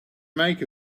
make